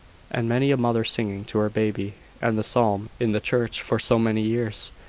and many a mother singing to her baby and the psalm in the church for so many years!